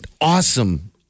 awesome